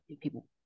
people